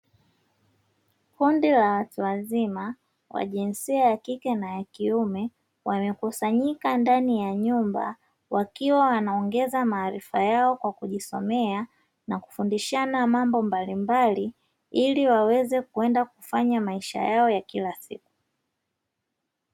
Kundi la watu wazima wa jinsia ya kike na ya kiume, wamekusanyika ndani ya nyumba, wakiwa wanaongeza maarifa yao kwa kujisomea na kufundishana mambo mbalimbali ili waweze kwenda kufanya maisha yao ya kila siku.